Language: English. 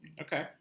Okay